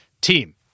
team